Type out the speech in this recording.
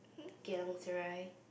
Geylang-Serai